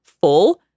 full